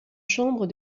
chambre